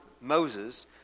Moses